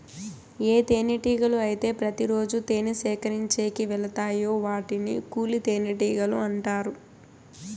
ఏ తేనెటీగలు అయితే ప్రతి రోజు తేనె సేకరించేకి వెలతాయో వాటిని కూలి తేనెటీగలు అంటారు